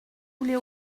voulez